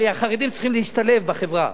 הרי החרדים צריכים להשתלב בחברה.